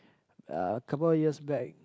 uh couple of years back